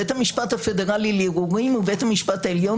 בית המשפט הפדרלי לערעורים ובית המשפט העליון